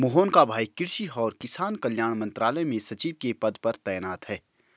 मोहन का भाई कृषि और किसान कल्याण मंत्रालय में सचिव के पद पर तैनात है